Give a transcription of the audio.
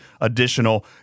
additional